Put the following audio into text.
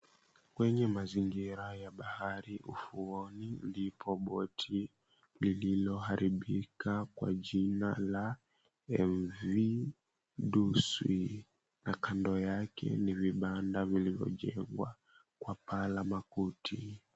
Kwenye mazingira ya bahari ufuoni ndipo boti lililoharibika kwa jina la M V Duswi, na kando yake ni vibanda vilivyojengwa kwa paa la makuti.